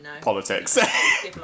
politics